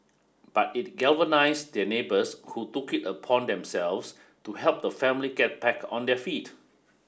but it galvanised their neighbours who took it upon themselves to help the family get back on their feet